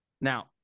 Now